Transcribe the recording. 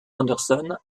anderson